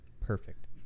perfect